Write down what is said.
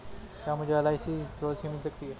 क्या मुझे एल.आई.सी पॉलिसी मिल सकती है?